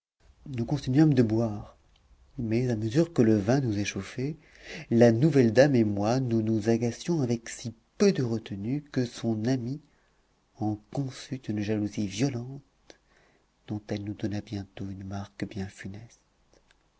nous continuâmes de boire mais à mesure que le vin nous échauffait la nouvelle dame et moi nous nous agacions avec si peu de retenue que son amie en conçut une jalousie violente dont elle nous donna bientôt une marque bien funeste